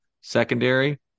Secondary